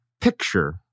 picture